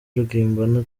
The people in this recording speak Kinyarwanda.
rugimbana